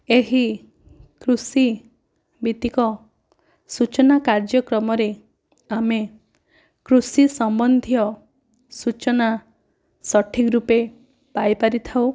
ଏହି କୃଷି ଭିତ୍ତିକ ସୂଚନା କାର୍ଯ୍ୟକ୍ରମରେ ଆମେ କୃଷି ସମ୍ବନ୍ଧୀୟ ସୂଚନା ସଠିକ ରୂପେ ପାଇ ପାରିଥାଉ